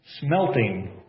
smelting